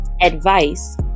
advice